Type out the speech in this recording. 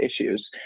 issues